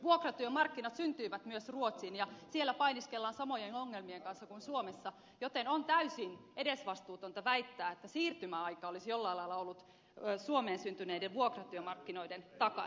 vuokratyömarkkinat syntyivät myös ruotsiin ja siellä painiskellaan samojen ongelmien kanssa kuin suomessa joten on täysin edesvastuutonta väittää että siirtymäaika olisi jollain lailla ollut suomeen syntyneiden vuokratyömarkkinoiden takana